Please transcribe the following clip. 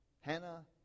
Hannah